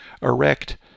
erect